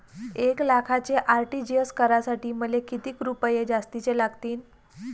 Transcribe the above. एक लाखाचे आर.टी.जी.एस करासाठी मले कितीक रुपये जास्तीचे लागतीनं?